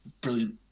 brilliant